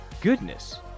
goodness